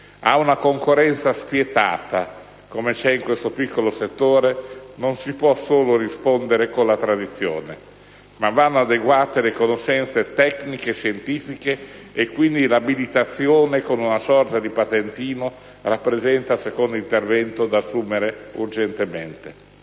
Ad una concorrenza spietata - come si registra in questo piccolo settore - non si può rispondere solo con la tradizione, ma vanno adeguate le conoscenze tecniche e scientifiche; quindi, l'abilitazione con una sorta di patentino rappresenta il secondo intervento da assumere urgentemente.